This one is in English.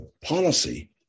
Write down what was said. policy